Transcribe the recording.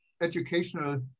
educational